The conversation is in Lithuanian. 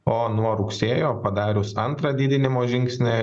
o nuo rugsėjo padarius antrą didinimo žingsnį